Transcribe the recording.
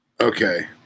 Okay